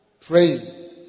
praying